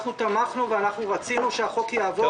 אנחנו תמכנו ורצינו שהחוק יעבור,